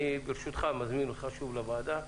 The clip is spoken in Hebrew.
אני ברשותך מזמין אותך שוב לוועדה.